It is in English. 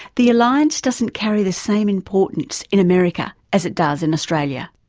the alliance doesn't carry the same importance in america as it does in australia.